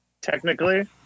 Technically